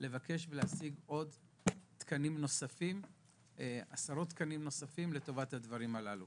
לבקש ולהשיג עוד עשרות תקנים נוספים לטובת הדברים הללו.